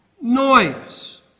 Noise